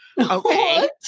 Okay